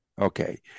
Okay